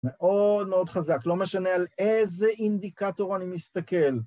מאוד מאוד חזק, לא משנה על איזה אינדיקטור אני מסתכל.